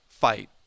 fight